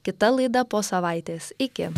kita laida po savaitės iki